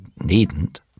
needn't